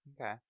Okay